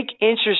interest